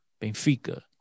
Benfica